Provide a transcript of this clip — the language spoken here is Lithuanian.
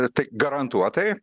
tai garantuotai